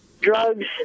drugs